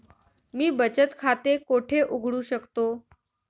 मी बचत खाते कोठे उघडू शकतो?